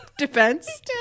defense